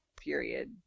period